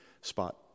spot